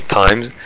times